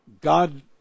God